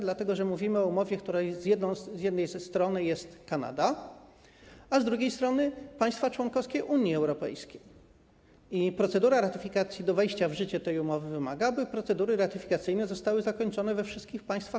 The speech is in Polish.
dlatego że mówimy o umowie, w której z jednej strony jest Kanada, a z drugiej strony są państwa członkowskie Unii Europejskiej, i procedura ratyfikacji do wejścia w życie tej umowy wymaga, aby procedury ratyfikacyjne zostały zakończone we wszystkich państwach